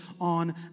on